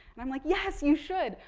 i'm like yes you should.